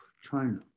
China